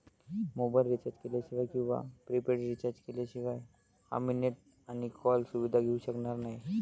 mobile recharge केल्याशिवाय किंवा prepaid recharge शिवाय आम्ही नेट आणि कॉल सुविधा घेऊ शकणार नाही